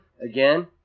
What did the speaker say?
Again